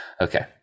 Okay